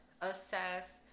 assess